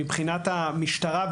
מבחינת המשטרה,